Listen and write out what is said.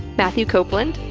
matthew copeland,